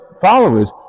followers